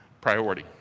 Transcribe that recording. priority